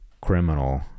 criminal